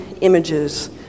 images